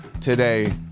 today